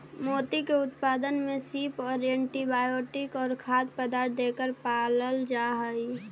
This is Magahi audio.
मोती के उत्पादन में सीप को एंटीबायोटिक और खाद्य पदार्थ देकर पालल जा हई